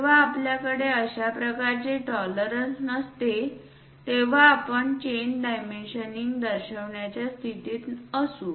जेव्हा आपल्याकडे अशा प्रकारचे टॉलरन्स नसते तेव्हाच आपण चेन डायमेन्शनिंग दर्शविण्याच्या स्थितीत असू